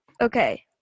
Okay